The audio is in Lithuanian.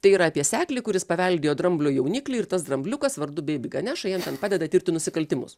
tai yra apie seklį kuris paveldėjo dramblio jauniklį ir tas drambliukas vardu beibi ganeša jam ten padeda tirti nusikaltimus